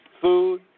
food